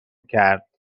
کرد